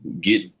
get